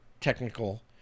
technical